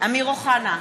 אמיר אוחנה,